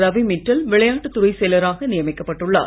ரவி மிட்டல் விளையாட்டுத் துறை செயலராக நியமிக்கப் பட்டுள்ளார்